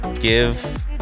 give